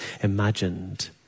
imagined